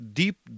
deep